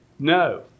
No